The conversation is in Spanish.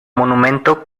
monumento